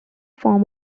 form